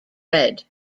red